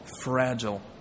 fragile